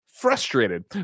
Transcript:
frustrated